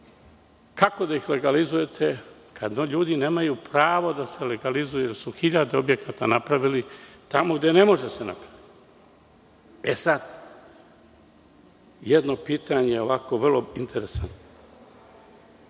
Kako da ih legalizujete, kada ljudi nemaju pravo da se legalizuju, jer su hiljadu objekata napravili tamo gde ne može da se napravi. Jedno pitanje vrlo interesantno,